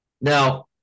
Now